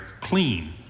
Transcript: clean